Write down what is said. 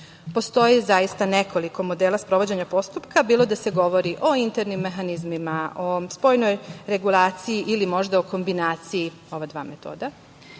telo. Postoji zaista nekoliko modela sprovođenja postupka, bilo da se govori o internim mehanizmima, o spoljnoj regulaciji ili možda o kombinaciji ova dva metoda. Kada